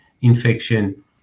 infection